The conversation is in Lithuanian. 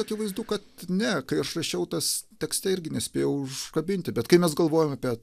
akivaizdu kad ne kai aš rašiau tas tekste irgi nespėjau užkabinti bet kai mes galvojam apie